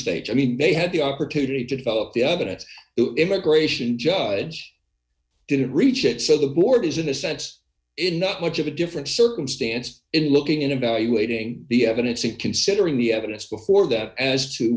stage i mean they had the opportunity to develop the evidence immigration judge didn't reach it so the board is in a sense in not much of a different circumstance in looking in about you waiting the evidence and considering the evidence before that as to